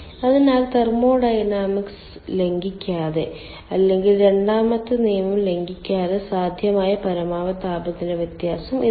അതിനാൽ തെർമോഡൈനാമിക്സ് ലംഘിക്കാതെ അല്ലെങ്കിൽ രണ്ടാമത്തെ നിയമം ലംഘിക്കാതെ സാധ്യമായ പരമാവധി താപനില വ്യത്യാസം ഇതാണ്